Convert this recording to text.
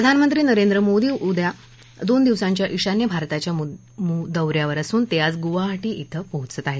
प्रधानमंत्री नरेंद्र मोदी दोन दिवसांच्या ईशान्य भारताच्या दौ यावर असून ते आज गुवाहाटी इथं पोहचत आहेत